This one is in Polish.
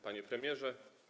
Panie Premierze!